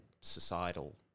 societal